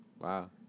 Wow